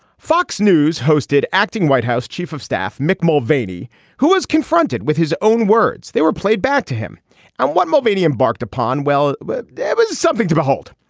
fox news hosted acting white house chief of staff mick mulvaney who is confronted with his own words. they were played back to him and what mulvaney embarked upon well. but there was something to behold.